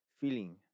feeling